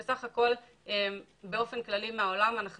בסך הכול באופן כללי מהעולם אנחנו